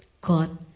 God